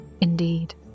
Indeed